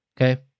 Okay